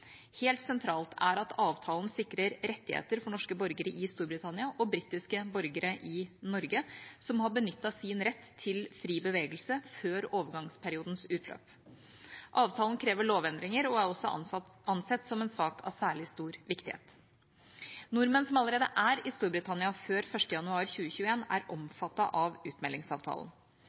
Helt sentralt er at avtalen sikrer rettigheter for norske borgere i Storbritannia og britiske borgere i Norge som har benyttet sin rett til fri bevegelse før overgangsperiodens utløp. Avtalen krever lovendringer og er også ansett som en sak av særlig stor viktighet. Nordmenn som allerede er i Storbritannia før l. januar 2021, er omfattet av utmeldingsavtalen.